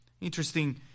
Interesting